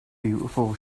beautiful